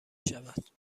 شود